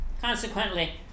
Consequently